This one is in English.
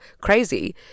crazy